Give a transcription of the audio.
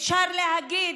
אפשר להגיד: